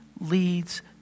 leads